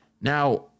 Now